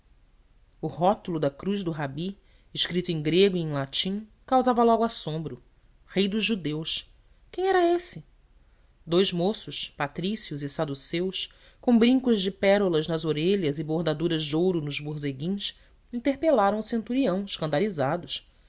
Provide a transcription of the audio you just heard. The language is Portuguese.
o rótulo da cruz do rabi escrito em grego e em latim causava logo assombro rei dos judeus quem era esse dous moços patrícios e saduceus com brincos de pérolas nas orelhas e bordaduras de ouro nos borzeguins interpelaram o centurião escandalizados